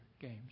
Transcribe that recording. games